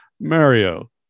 Mario